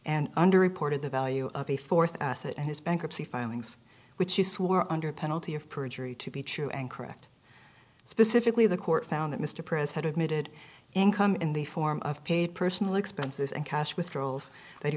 and under reported the value of a th asset and his bankruptcy filings which you swore under penalty of perjury to be true and correct specifically the court found that mr prince had admitted income in the form of paid personal expenses and cash withdrawals that he